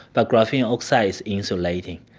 but graphene oxide is insulating.